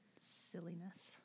Silliness